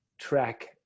track